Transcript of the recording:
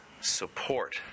support